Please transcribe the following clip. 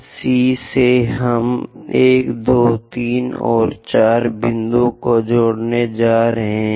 C से हम 1 2 3 और 4 बिंदुओं को जोड़ने जा रहे हैं